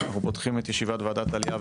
אנחנו פותחים את ישיבת ועדת העלייה,